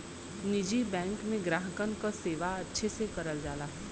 निजी बैंक में ग्राहकन क सेवा अच्छे से करल जाला